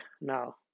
now